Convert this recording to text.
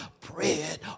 bread